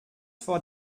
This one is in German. vor